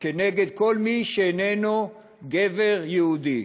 נגד כל מי שאיננו גבר יהודי.